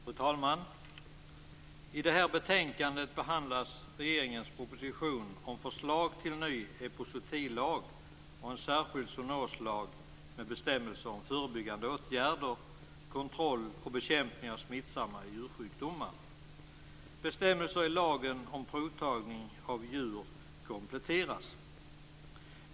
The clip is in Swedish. Fru talman! I det här betänkandet behandlas regeringens proposition om förslag till ny epizootilag och en särskild zoonoslag med bestämmelser om förebyggande åtgärder, kontroll och bekämpning av smittsamma djursjukdomar. Bestämmelser i lagen om provtagning av djur kompletteras.